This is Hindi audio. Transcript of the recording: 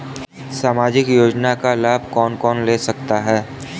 सामाजिक योजना का लाभ कौन कौन ले सकता है?